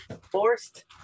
forced